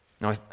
Now